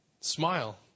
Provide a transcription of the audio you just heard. Smile